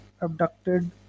abducted